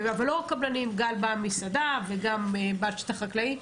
ולא רק קבלנים, גם בעל מסעדה וגם בעל שטח חקלאי.